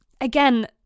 again